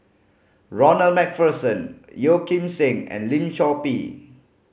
Ronald Macpherson Yeo Kim Seng and Lim Chor Pee